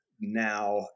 now